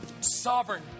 sovereign